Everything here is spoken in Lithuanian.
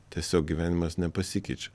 tiesiog gyvenimas nepasikeičia